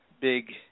big